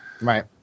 Right